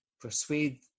persuade